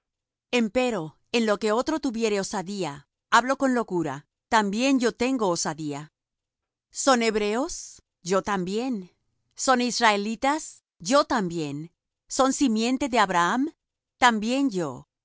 flacos empero en lo que otro tuviere osadía hablo con locura también yo tengo osadía son hebreos yo también son israelitas yo también son simiente de abraham también yo